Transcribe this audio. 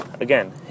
Again